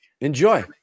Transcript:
enjoy